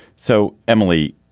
so, emily,